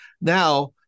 now